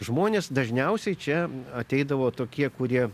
žmonės dažniausiai čia ateidavo tokie kurie